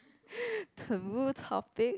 taboo topic